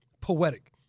poetic